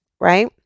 Right